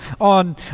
on